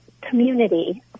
community